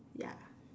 ya